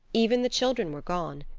even the children were gone.